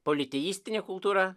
politeistinė kultūra